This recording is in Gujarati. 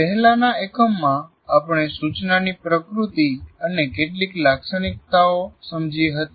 પહેલાના એકમમાં આપણે સુચનાની પૃકૃતિ અને કેટલીક લાક્ષણિકતાઓ સમજી હતી